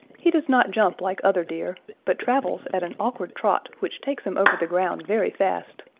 he does not jump like other deer, but travels at an awkward trot which takes him over the ground very fast.